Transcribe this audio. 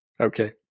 Okay